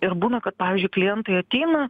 ir būna kad pavyzdžiui klientai ateina